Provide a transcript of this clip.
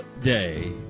day